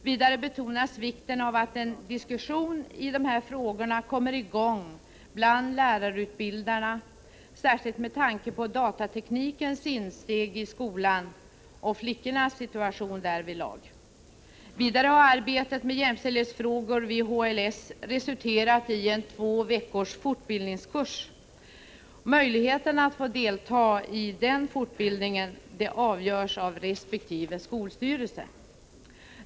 Vidare betonas vikten av att en diskussion i dessa frågor kommer i gång bland lärarutbildare, särskilt med tanke på datateknikens insteg i skolan och flickornas situation därvidlag. Vidare har arbetet med jämställdhetsfrågor vid HLS resulterat i en två veckors fortbildningskurs. Möjligheten att få delta i den fortbildningen avgörs av resp. skolstyrelse.